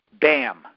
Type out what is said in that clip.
bam